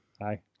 Hi